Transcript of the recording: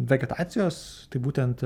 vegetacijos tai būtent